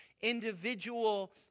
individual